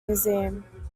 museum